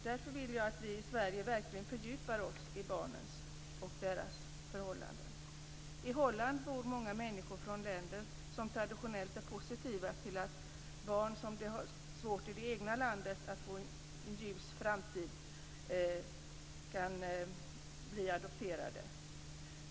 Därför vill jag att vi i Sverige verkligen fördjupar oss i barnens förhållanden. I Holland bor många människor från länder som traditionellt är positiva till att barn som har det svårt i det egna landet får en ljus framtid genom att bli adopterade.